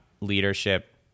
leadership